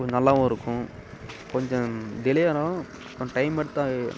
கொஞ்சம் நல்லாவும் இருக்கும் கொஞ்சம் டிலே ஆனாலும் ஒன் டைம் எடுத்தால்